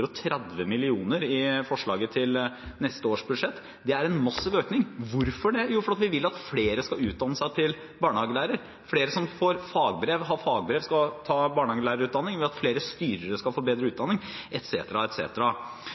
i forslaget til neste års budsjett. Det er en massiv økning. Hvorfor det? Jo, fordi vi vil at flere skal utdanne seg til barnehagelærere, at flere som har fagbrev, skal ta barnehagelærerutdanning, at flere styrere skal få bedre utdanning,